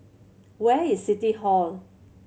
where is City Hall